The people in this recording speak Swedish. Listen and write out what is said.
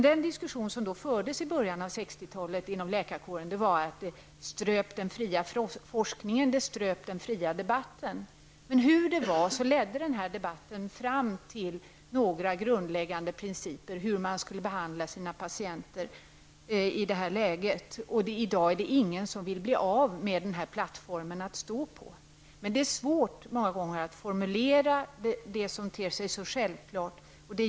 Den diskussion som fördes i början av 60-talet inom läkarkåren handlade om att detta ströp den fria forskningen och debatten. Diskussion ledde dock fram till några grundläggande principer om hur man skall behandla sina patienter. I dag är det inte någon som vill vara utan denna plattform att stå på, men det är många gånger svårt att formulera det som ter sig så självklart.